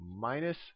minus